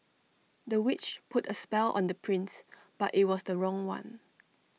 the witch put A spell on the prince but IT was the wrong one